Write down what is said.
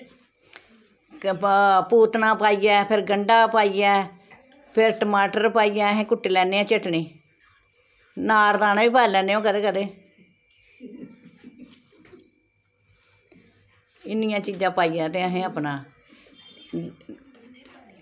प पूतना पाइयै फिर गंढा पाइयै फिर टमाटर पाइयै अस कुट्टी लैन्ने आं चटनी नार दाना बी पाई लैन्ने आं कदें कदें इन्नियां चीजां पाइयै ते अस अपना